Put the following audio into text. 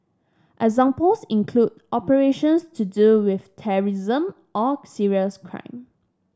examples include operations to do with terrorism or serious crime